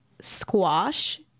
squash